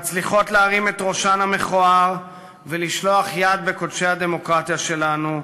מצליחות להרים את ראשן המכוער ולשלוח יד בקודשי הדמוקרטיה שלנו: